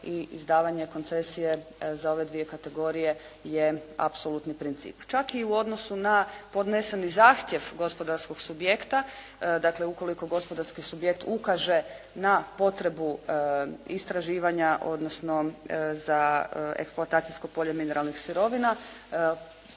i izdavanje koncesije za ove dvije kategorije je apsolutni princip. Čak i u odnosu na podneseni zahtjev gospodarskog subjekta, dakle ukoliko gospodarski subjekt ukaže na potrebu istraživanja odnosno za eksploatacijsko polje mineralnih sirovina